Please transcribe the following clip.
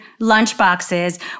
lunchboxes